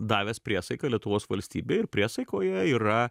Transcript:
davęs priesaiką lietuvos valstybei ir priesaikoje yra